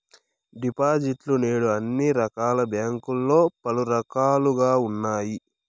డిపాజిట్లు నేడు అన్ని రకాల బ్యాంకుల్లో పలు రకాలుగా ఉన్నాయి